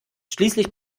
schließlich